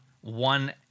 one